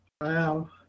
Wow